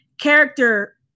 Character